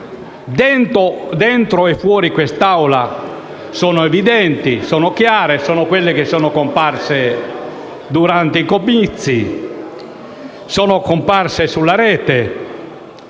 dentro e fuori da quest'Aula, sono evidenti, sono chiare e sono quelle che sono comparse durante i comizi, sulla rete